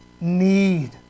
need